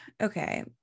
okay